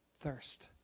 thirst